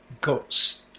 got